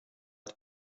ett